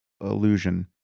illusion